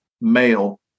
Male